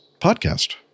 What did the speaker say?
podcast